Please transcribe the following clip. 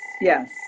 yes